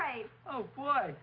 right oh boy